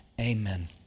amen